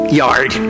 yard